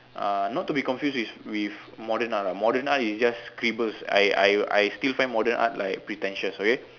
uh not to be confused with with modern art lah modern art is just scribbles I I I still find modern art like pretentious okay